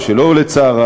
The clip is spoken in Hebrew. או שלא לצערה,